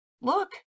look